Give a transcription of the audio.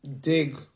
Dig